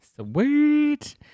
sweet